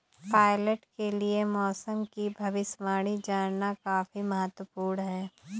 pilot के लिए मौसम की भविष्यवाणी जानना काफी महत्त्वपूर्ण है